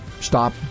stop